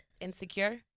Insecure